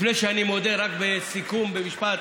לפני שאני מודה, רק בסיכום, במשפט: